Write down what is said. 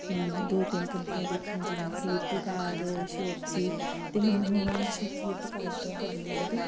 ਦੋ ਤਿੰਨ ਕੰਪਨੀਆਂ ਦੇਖੀਆਂ ਜਿਵੇਂ ਫਲਿੱਪਕਾਰਟ ਸ਼ੋਪਸੀ ਅਤੇ ਮੈਨੂੰ ਹੁਣ ਜੀ ਫਲਿੱਪਕਾਰਟ ਤੋਂ ਘੜੀ ਬਹੁਤ